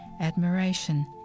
admiration